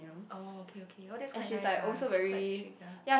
oh okay okay oh that's quite nice ah she's quite strict ah